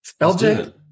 LJ